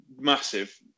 massive